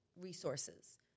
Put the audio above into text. resources